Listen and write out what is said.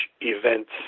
events